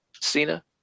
Cena